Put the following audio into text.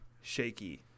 shaky